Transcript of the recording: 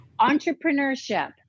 Entrepreneurship